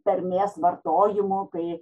tarmės vartojimu kai